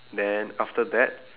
then after that